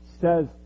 says